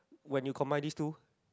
when you combine these two